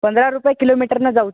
पंधरा रुपये किलोमिटरनं जाऊ